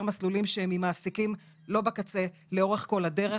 מסלולים שהם ממעסיקים לא בקצה לאורך כל הדרך.